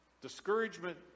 Discouragement